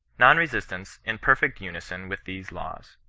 non-resistance in perfect unison with these laws.